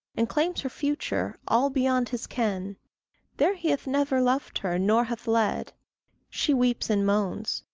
and claims her future all beyond his ken there he hath never loved her nor hath led she weeps and moans,